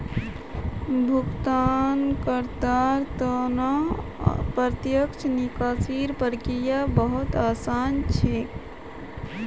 भुगतानकर्तार त न प्रत्यक्ष निकासीर प्रक्रिया बहु त आसान छेक